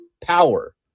power